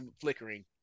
flickering